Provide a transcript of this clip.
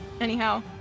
anyhow